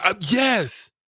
Yes